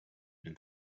been